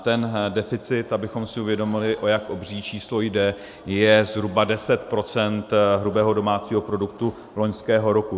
Ten deficit, abychom si uvědomili, o jak obří číslo jde, je zhruba 10 % hrubého domácího produktu loňského roku.